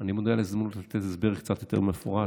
אני מודה על ההזדמנות לתת הסבר קצת יותר מפורט,